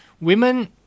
women